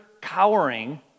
cowering